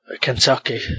Kentucky